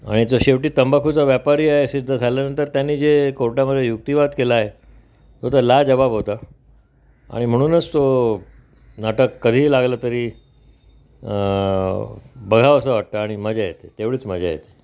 आणि जो शेवटी तंबाखूचा व्यापारी आहे सिद्ध झाल्यानंतर त्यांनी जे कोर्टामध्ये युक्तिवाद केला आहे तो तर लाजवाब होता आणि म्हणूनच तो नाटक कधीही लागलं तरी बघावं असं वाटतं आणि मजा येते तेवढीच मजा येते